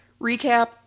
recap